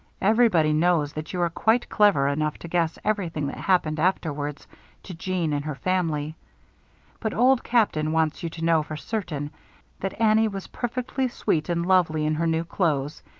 everybody knows that you are quite clever enough to guess everything that happened afterwards to jeanne and her family but old captain wants you to know for certain that annie was perfectly sweet and lovely in her new clothes,